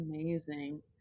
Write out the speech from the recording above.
amazing